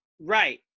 right